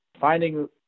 finding